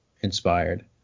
inspired